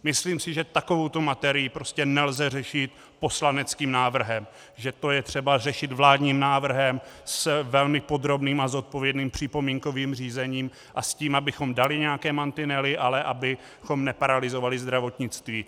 Myslím si, že takovouto materii prostě nelze řešit poslaneckým návrhem, že to je třeba řešit vládním návrhem s velmi podrobným a zodpovědným připomínkovým řízením a s tím, abychom dali nějaké mantinely, ale abychom neparalyzovali zdravotnictví.